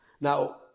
Now